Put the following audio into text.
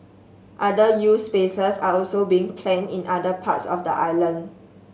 other youth spaces are also being planned in other parts of the island